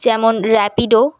যেমন র্যাপিডো